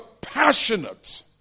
passionate